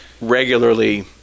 regularly